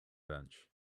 bench